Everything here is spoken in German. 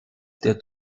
der